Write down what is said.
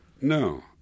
No